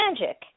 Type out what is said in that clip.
magic